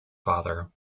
father